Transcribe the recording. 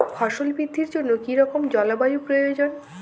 ফসল বৃদ্ধির জন্য কী রকম জলবায়ু প্রয়োজন?